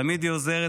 תמיד היא עוזרת,